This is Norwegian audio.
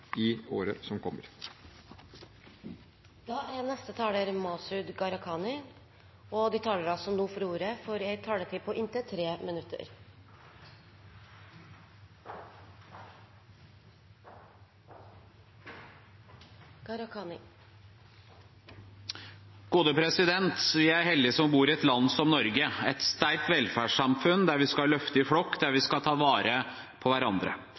i året som kommer. De talere som heretter får ordet, har en taletid på inntil 3 minutter. Vi er heldige som bor i et land som Norge, et sterkt velferdssamfunn der vi skal løfte i flokk, der vi skal ta vare på hverandre,